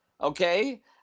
Okay